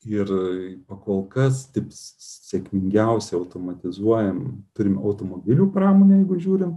ir pakol kas dirbs sėkmingiausiai automatizuojam pirmiau automobilių pramonėj žiūrime